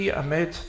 amid